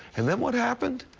and then what happened?